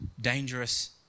dangerous